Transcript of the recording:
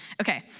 okay